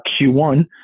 Q1